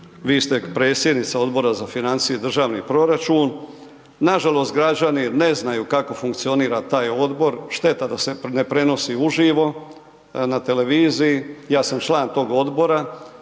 vi ste predsjednica Odbora za financije i državni proračun, nažalost, građani ne znaju kako funkcionira taj odbor, šteta da se ne prenosi uživo na televiziji, ja sam član tog odbora